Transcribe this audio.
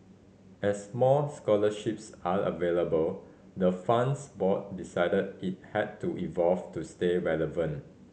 as more scholarships are available the fund's board decided it had to evolve to stay relevant